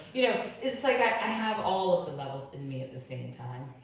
you know it's like i have all of the levels in me at the same time.